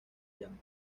llamas